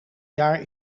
jaar